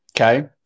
okay